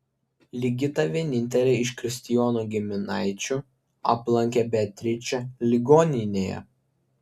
ligita vienintelė iš kristijono giminaičių aplankė beatričę ligoninėje